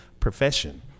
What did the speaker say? profession